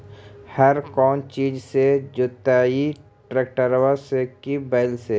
हर कौन चीज से जोतइयै टरेकटर से कि बैल से?